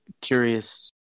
curious